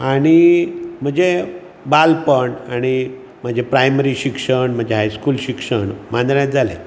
आनी म्हजें बालपण आनी म्हजें प्रायमरी शिक्षण म्हजें हायस्कूल शिक्षण मांद्रेंच जाले